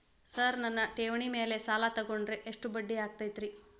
Sir ನನ್ನ ಠೇವಣಿ ಮೇಲೆ ಸಾಲ ತಗೊಂಡ್ರೆ ಎಷ್ಟು ಬಡ್ಡಿ ಆಗತೈತ್ರಿ?